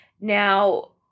Now